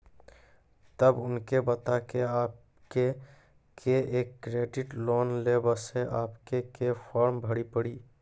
तब उनके बता के आपके के एक क्रेडिट लोन ले बसे आपके के फॉर्म भरी पड़ी?